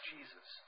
Jesus